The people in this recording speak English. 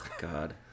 God